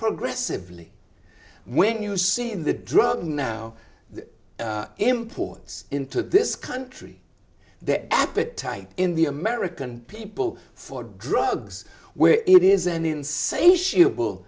progressively when you see in the drug now the imports into this country the appetite in the american people for drugs where it is an insatiable